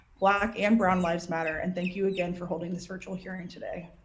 black and brown lives matter, and thank you, again, for holding this virtual hearing today?